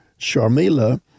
Sharmila